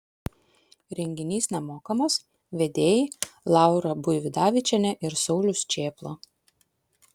renginys nemokamas vedėjai laura buividavičienė ir saulius čėpla